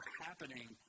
happening